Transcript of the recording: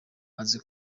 azi